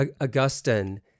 Augustine